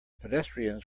pedestrians